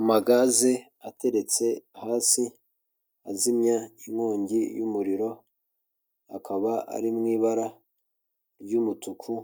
Amagazi ateretse hasi, azimya inkongi y'umuriro, akaba ari mu ibara ry'umutuku